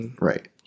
Right